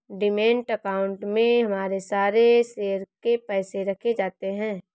demat account में हमारे सारे शेयर के पैसे रखे जाते हैं